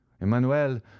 emmanuel